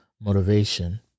motivation